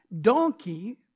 donkey